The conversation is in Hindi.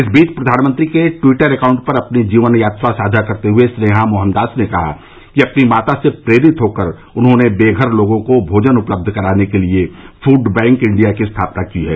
इस बीच प्रधानमंत्री के ट्वीटर एकाउंट पर अपनी जीवन यात्रा साझा करते हुए स्नेहा मोहनदास ने कहा कि अपनी माता से प्रेरित होकर उन्होंने बे घर लोगों को भोजन उपलब्ध कराने के लिए फूडबैंक इंडिया की स्थापना की है